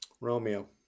Romeo